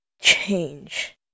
Change